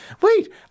wait